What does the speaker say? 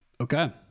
Okay